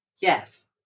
Yes